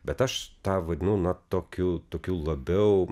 bet aš tą vadinu na tokiu tokiu labiau